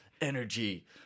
energy